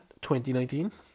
2019